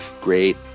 great